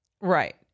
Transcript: Right